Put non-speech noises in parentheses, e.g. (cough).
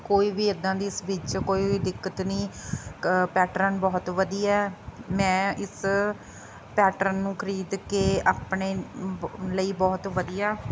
ਕੋਈ ਵੀ ਇੱਦਾਂ ਦੀ ਇਸ ਵਿੱਚ ਕੋਈ ਵੀ ਦਿੱਕਤ ਨਹੀਂ ਕ ਪੈਟਰਨ ਬਹੁਤ ਵਧੀਆ ਮੈਂ ਇਸ ਪੈਟਰਨ ਨੂੰ ਖਰੀਦ ਕੇ ਆਪਣੇ (unintelligible) ਲਈ ਬਹੁਤ ਵਧੀਆ